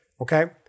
okay